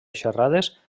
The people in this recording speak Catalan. xerrades